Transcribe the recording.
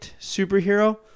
superhero